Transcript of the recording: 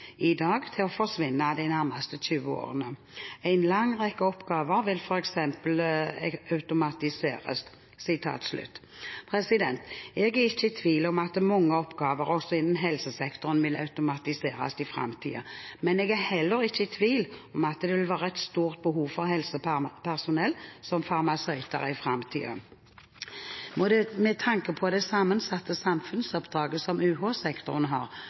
i dag til å forsvinne de nærmeste 20 årene. En lang rekke oppgaver vil for eksempel automatiseres.» Jeg er ikke i tvil om at mange oppgaver også innen helsesektoren vil automatiseres i framtiden, men jeg er heller ikke i tvil om at det vil være et stort behov for helsepersonell som farmasøyter i framtiden. Med tanke på det sammensatte samfunnsoppdraget som UH-sektoren har, forventer Fremskrittspartiet at studieretninger som farmasi også prioriteres av sektoren